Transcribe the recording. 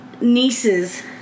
nieces